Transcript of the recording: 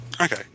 Okay